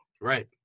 Right